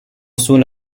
soon